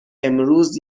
امروز